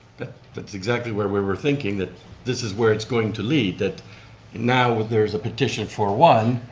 that's exactly where we were thinking that this is where it's going to lead that now there's a petition for one,